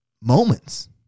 moments